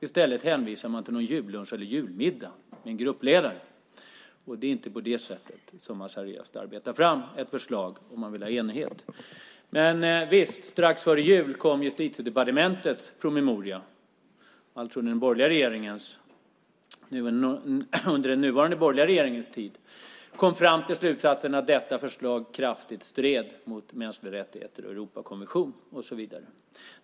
I stället hänvisar man till någon jullunch eller julmiddag med gruppledaren. Det är inte på det sättet man seriöst arbetar fram ett förslag om man vill ha enighet. Strax före jul kom Justitiedepartementets promemoria, alltså under den nuvarande borgerliga regeringens tid. Man kom fram till slutsatsen att detta förslag kraftigt stred mot mänskliga rättigheter, Europakonventionen och så vidare.